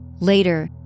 Later